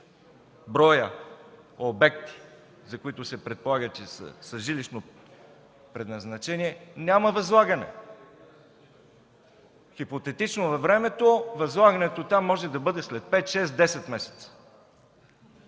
броя обекти, за които се предполага, че са с жилищно предназначение, няма възлагане. Хипотетично във времето възлагането там може да бъде след пет, шест